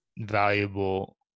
valuable